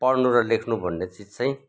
पढ्नु र लेख्नु भन्ने चिज चाहिँ